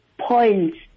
points